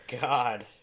god